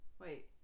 Wait